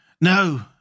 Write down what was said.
No